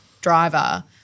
driver